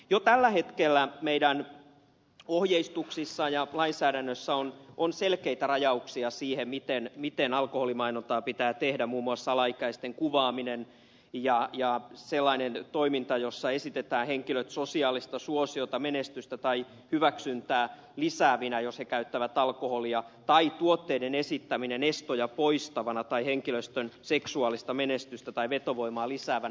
jo tällä hetkellä meidän ohjeistuksissamme ja lainsäädännössämme on selkeitä rajauksia siihen miten alkoholimainontaa pitää tehdä muun muassa koskien alaikäisten kuvaamista ja sellaista toimintaa jossa esitetään henkilöt sosiaalista suosiota menestystä tai hyväksyntää lisäävinä jos he käyttävät alkoholia tai tuotteiden esittämistä estoja poistavana tai henkilöstön seksuaalista menestystä tai vetovoimaa lisäävänä